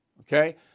okay